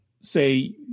say